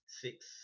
six